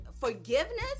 forgiveness